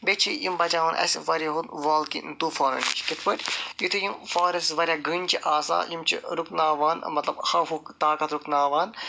بیٚیہِ چھِ یِم بَچاوان اَسہِ واریَہو والکیٚہ طوٗفانو نِش کِتھ پٲٹھۍ یُتھٕے یِم فارٮ۪سٹٕس واریاہ گٔنۍ چھِ آسان یِم چھِ رُکناوان مَطلَب ہَوہُک طاقَت رُکناوان